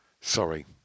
sorry